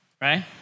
right